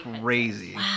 crazy